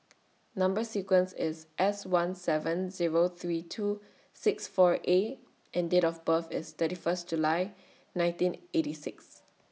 Number sequence IS S one seven Zero three two six four A and Date of birth IS thirty First July nineteen eighty six